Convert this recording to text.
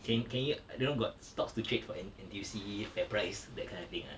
can can you I don't know got stocks to trade for N~ N_T_U_C FairPrice that kind of thing ah